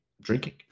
drinking